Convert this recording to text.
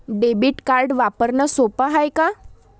Debit card वापरणं सोप हाय का?